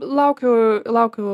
laukiu laukiu